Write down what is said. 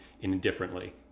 indifferently